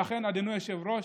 אדוני היושב-ראש,